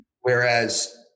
Whereas